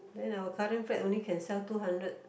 then our current flat only can sell two hundred